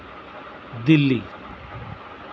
Delhi